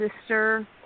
sister